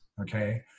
Okay